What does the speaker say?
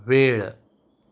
वेळ